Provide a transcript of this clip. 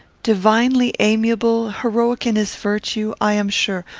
divinely amiable, heroic in his virtue, i am sure.